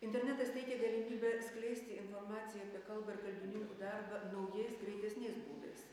internetas teikia galimybę skleisti informaciją apie kalbą ir kalbininkų darbą naujais greitesniais būdais